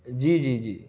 جی جی جی